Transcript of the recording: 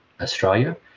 Australia